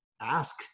ask